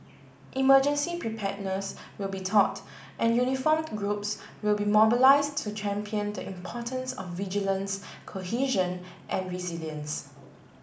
emergency preparedness will be taught and uniform groups will be mobilis to champion the importance of vigilance cohesion and resilience